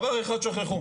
דבר אחד שכחו